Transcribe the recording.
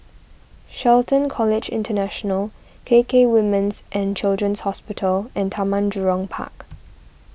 Shelton College International K K Women's and Children's Hospital and Taman Jurong Park